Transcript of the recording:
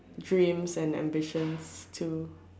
dreams and ambitions too